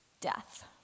death